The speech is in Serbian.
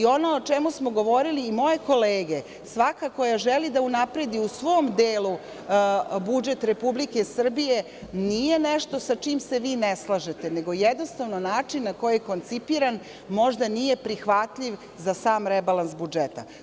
Ono o čemu smo govorili i moje kolege, svaka koja želi da unapredi u svom delu budžet Republike Srbije, nije nešto sa čim se vi ne slažete, nego jednostavno način na koji je koncipiran, možda nije prihvatljiv za sam rebalans budžeta.